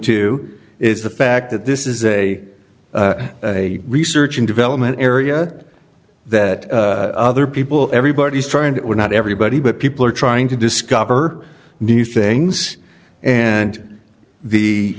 to is the fact that this is a research and development area that other people everybody's trying to we're not everybody but people are trying to discover new things and the